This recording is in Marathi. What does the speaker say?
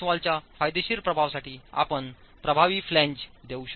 क्रॉस वॉलच्या फायदेशीर प्रभावासाठी आपण प्रभावी फ्लॅंज देऊ शकता